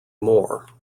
more